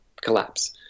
collapse